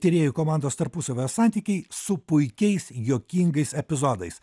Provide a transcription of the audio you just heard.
tyrėjų komandos tarpusavio santykiai su puikiais juokingais epizodais